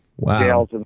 Wow